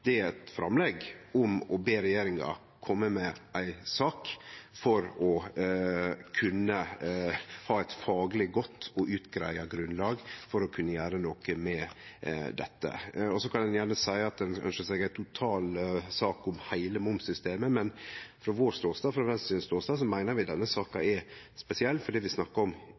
natta med eit fingerslag i Stortinget. Det er eit framlegg om å be regjeringa kome med ei sak for å kunne ha eit fagleg godt og utgreidd grunnlag for å kunne gjere noko med dette. Ein kan gjerne seie at ein ønskjer seg ei total sak om heile momssystemet, men frå Venstres ståstad meiner vi at denne saka er spesiell, fordi vi snakkar om